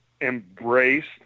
embraced